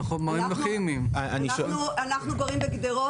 אנחנו גרים בגדות.